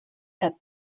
that